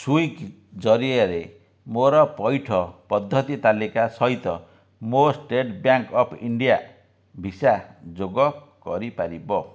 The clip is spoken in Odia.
ସ୍ଵିଗି ଜରିଆରେ ମୋର ପଇଠ ପଦ୍ଧତି ତାଲିକା ସହିତ ମୋ state bank of India visa ଯୋଗ କରିପାରିବ